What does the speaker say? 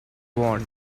want